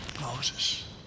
Moses